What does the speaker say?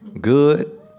good